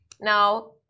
Now